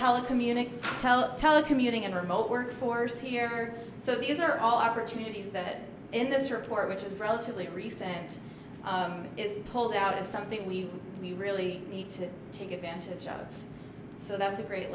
telecommunication tell telecommuting and remote workforce here so these are all opportunities that in this report which is relatively recent is pulled out is something we we really need to take advantage of so that was a great